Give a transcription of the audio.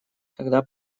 когда